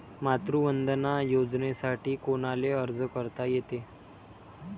मातृवंदना योजनेसाठी कोनाले अर्ज करता येते?